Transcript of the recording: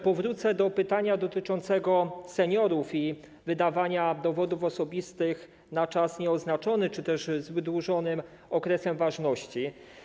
Powrócę do pytania o seniorów i wydawanie dowodów osobistych na czas nieoznaczony czy też z wydłużonym okresem ważności.